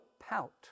pout